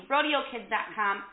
RodeoKids.com